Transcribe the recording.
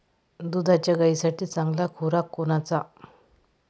दुधाच्या गायीसाठी चांगला खुराक कोनचा?